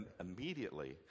immediately